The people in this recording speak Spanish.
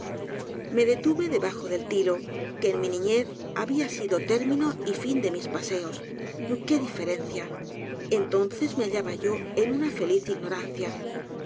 me detuve debajo del tilo que en mi niñez habia sido término y fin de mis paseos qué diferencia entonces me bailaba yo en una feliz ignorancia